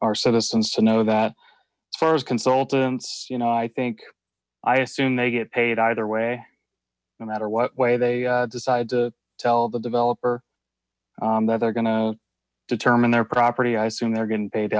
our citizens to know that as far as consultants you know i think i assume they get paid either wa no matter what way they decide to tell the developer that they're going to determine their property i assume they're getting paid